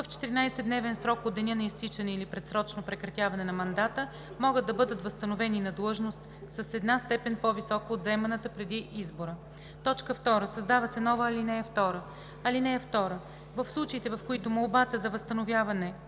в 14-дневен срок от деня на изтичане или предсрочно прекратяване на мандата, могат да бъдат възстановени на длъжност, с една степен по-висока от заеманата преди избора. 2. Създава се нова ал. 2: (2) В случаите, в които молбата за възстановяване